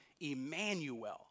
Emmanuel